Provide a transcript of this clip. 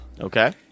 Okay